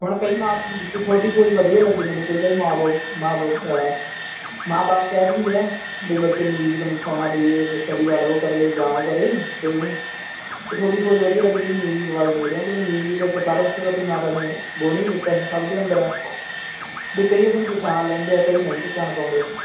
ਹੁਣ ਕਈ ਮਾਂ ਤੁਹਾਡੀ ਸੋਚ ਵਧੀਆ ਲੱਗੀ ਮੈਨੂੰ ਕੋਈ ਤਾਂ ਮਾਂ ਬਾਪ ਮਾਂ ਬਾਪ ਮਾਂ ਬਾਪ ਕਹਿ ਦਿੰਦੇ ਆ ਬਈ ਬੱਚੇ ਨੂੰ ਮਿਊਜ਼ਕ ਨਹੀਂ ਸਿਖਾਉਣਾ ਬਈ ਇਹ ਸਟਡੀ ਵੱਲ ਉਹ ਕਰੇ ਜਾਂ ਉਹ ਕਰੇ ਤੁਹਾਡੀ ਸੋਚ ਵਧੀਆ ਲੱਗੀ ਤੁਸੀਂ ਮਿਊਜਿਕ ਵੱਲ ਦੇ ਰਹੇ ਹੋ ਕਿਉਂਕਿ ਮਿਊਜ਼ਿਕ ਸਰਸਵਤੀ ਮਾਤਾ ਨੇ ਗੁਣ ਹੀ ਦਿੱਤਾ ਸੀ ਸਭ ਦੇ ਅੰਦਰ ਵੀ ਕਈ ਇਸ ਨੂੰ ਪਹਿਚਾਣ ਲੈਂਦੇ ਆ ਕਈ ਨਹੀਂ ਪਛਾਣ ਪਾਉਂਦੇ